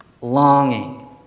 longing